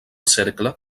cercle